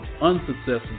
unsuccessful